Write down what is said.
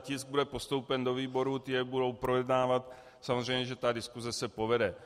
Tisk bude postoupen do výborů, ty jej budou projednávat a samozřejmě že diskuse se povede.